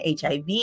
HIV